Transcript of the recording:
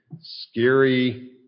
scary